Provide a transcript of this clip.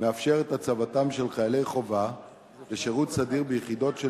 מאפשר את הצבתם של חיילי חובה לשירות סדיר ביחידות של